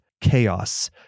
chaos